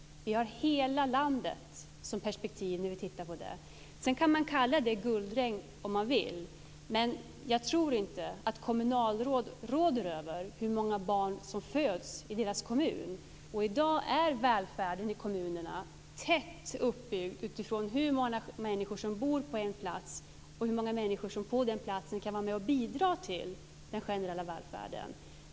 Vi har hela landet som perspektiv när vi tittar på detta. Sedan kan man kalla detta för ett guldregn om man vill, men jag tror inte att kommunalråd råder över hur många barn som föds i deras kommuner. I dag är välfärden i kommunerna tätt förknippad med hur många människor som bor på en plats och kan vara med och bidra till den generella välfärden.